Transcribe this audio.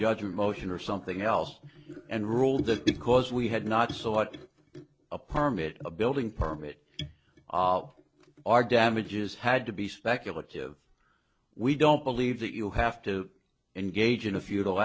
judgment motion or something else and ruled that because we had not sought a permit a building permit our damages had to be speculative we don't believe that you have to engage in a futile